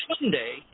Sunday